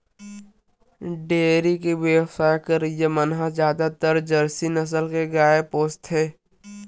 dairy के बेवसाय करइया मन ह जादातर जरसी नसल के गाय पोसथे